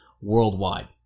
worldwide